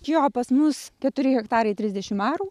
jo pas mus keturi hektarai trisdešim arų